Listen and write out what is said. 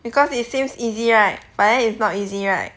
because it seems easy right but then it's not easy right